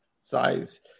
size